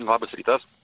labas rytas